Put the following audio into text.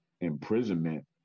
imprisonment